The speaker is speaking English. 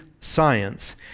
Science